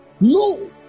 No